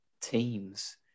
teams